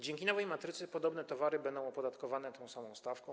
Dzięki nowej matrycy podobne towary będą opodatkowane tą samą stawką.